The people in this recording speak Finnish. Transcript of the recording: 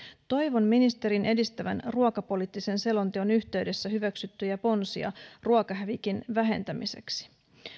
toivon ministerin edistävän ruokapoliittisen selonteon yhteydessä hyväksyttyjä ponsia ruokahävikin vähentämiseksi